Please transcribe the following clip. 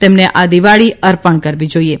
તેમને આ દિવાળી અર્પણ કરવી જોઇએ